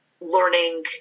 learning